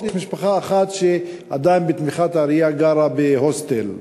ויש משפחה אחת שעדיין בתמיכת העירייה גרה בהוסטל.